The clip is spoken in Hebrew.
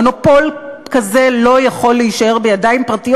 מונופול כזה לא יכול להישאר בידיים פרטיות.